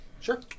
Sure